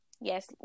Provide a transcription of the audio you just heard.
yes